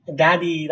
daddy